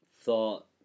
thought